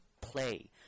play